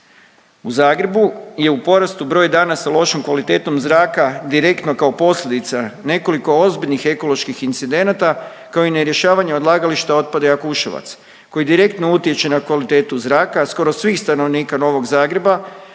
U Zagrebu je u porastu broj dana sa lošom kvalitetom zraka direktno kao posljedica nekoliko ozbiljnih ekoloških incidenata kao i ne rješavanje odlagališta otpada Jakuševac koji direktno utječe na kvalitetu zraka skoro svih stanovnika Novog Zagreba,